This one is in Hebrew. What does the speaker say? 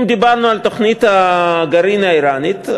אם דיברנו על תוכנית הגרעין האיראנית,